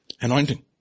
Anointing